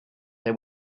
they